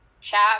chat